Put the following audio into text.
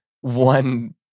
one